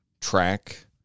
track